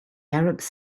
arabs